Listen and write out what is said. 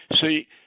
See